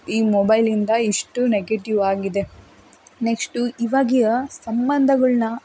ಈ ಮೊಬೈಲಿಂದ ಇಷ್ಟು ನೆಗೆಟಿವಾಗಿದೆ ನೆಕ್ಸ್ಟು ಇವಾಗ ಸಂಬಂಧಗಳನ್ನ